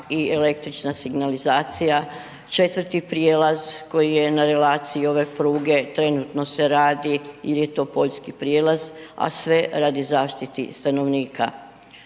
i električna signalizacija, četvrti prijelaz koji je na relaciji ove pruge trenutno se radi il je to poljski prijelaz, a sve radi zaštite stanovnika.